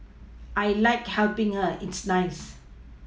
I like helPing her it's nice